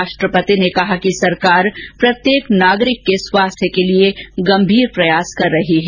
राष्ट्रपति ने कहा कि सरकार प्रत्येक नागरिक के स्वास्थ्य के लिए गंभीर प्रयास कर रही है